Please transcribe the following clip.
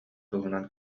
туһунан